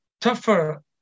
tougher